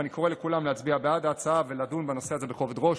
ואני קורא לכולם להצביע בעד ההצעה ולדון בנושא הזה בכובד ראש.